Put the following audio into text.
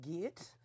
get